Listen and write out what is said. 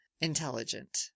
intelligent